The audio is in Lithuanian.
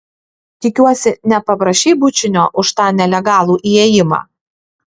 tikiuosi nepaprašei bučinio už tą nelegalų įėjimą